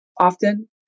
often